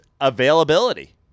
availability